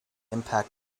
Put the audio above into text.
impact